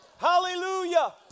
Hallelujah